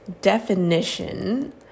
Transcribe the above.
definition